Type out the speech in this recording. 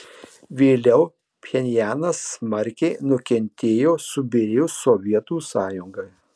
vėliau pchenjanas smarkiai nukentėjo subyrėjus sovietų sąjungai